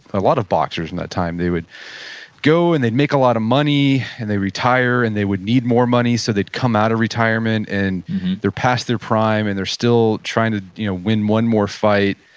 a lot of boxers in that time. they would go and they'd make a lot of money, and they retire and they would need more money, so they'd come out of retirement and they're past their prime and they're still trying to win one more fight,